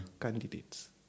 candidates